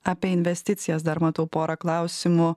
apie investicijas dar matau porą klausimų